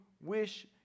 wish